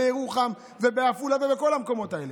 בירוחם, בעפולה ובכל המקומות האלה.